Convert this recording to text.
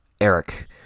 Eric